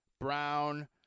Brown